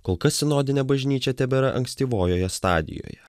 kol kas sinodinė bažnyčia tebėra ankstyvojoje stadijoje